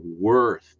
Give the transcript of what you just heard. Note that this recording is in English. worth